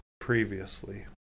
previously